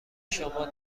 شما